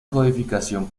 codificación